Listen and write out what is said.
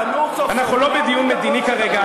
אנחנו לא בדיון מדיני כרגע,